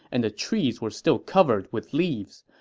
and the trees were still covered with leaves.